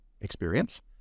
experience